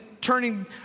turning